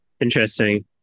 Interesting